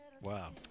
Wow